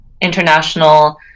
international